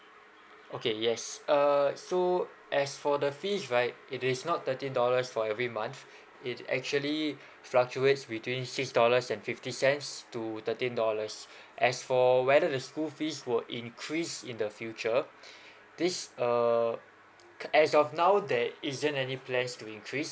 okay yes uh so as for the fees right it is not thirteen dollars for every month it actually fluctuates between six dollars and fifty cents to thirteen dollars as for whether the school fees will increase in the future this uh as of now there isn't any plans to increase